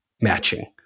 matching